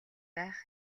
байх